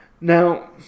Now